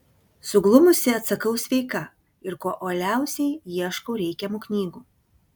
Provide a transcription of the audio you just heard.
suglumusi atsakau sveika ir kuo uoliausiai ieškau reikiamų knygų